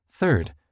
Third